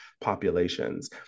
populations